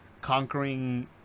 conquering